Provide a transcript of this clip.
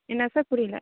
என்ன சார் புரியல